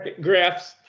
Graphs